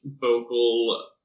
vocal